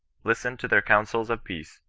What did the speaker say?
listened to their counsels of peace,